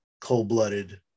cold-blooded